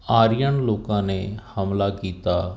Aryan ਲੋਕਾਂ ਨੇ ਹਮਲਾ ਕੀਤਾ